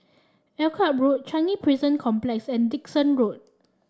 Akyab Road Changi Prison Complex and Dickson Road